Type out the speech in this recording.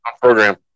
program